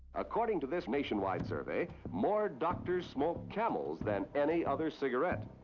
according to this nationwide survey, more doctors smoke camels than any other cigarette.